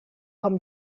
com